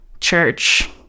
church